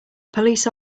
police